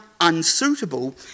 unsuitable